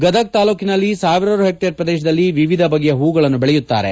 ಗದಗ ತಾಲೂಕಿನಲ್ಲಿ ಸಾವಿರಾರು ಹೆಕ್ಟರ್ ಪ್ರದೇಶದಲ್ಲಿ ವಿವಿಧ ಬಗೆಯ ಹೂಗಳನ್ನು ಬೆಳೆಯುತ್ತಾರೆ